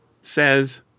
says